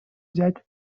взять